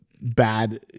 bad